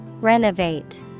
Renovate